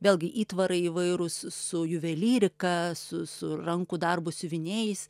vėlgi įtvarai įvairūs su juvelyrika su su rankų darbo siuviniais